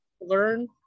learn